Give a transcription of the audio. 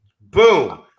boom